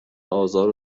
آزار